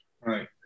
right